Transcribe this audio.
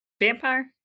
vampire